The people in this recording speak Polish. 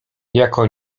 jako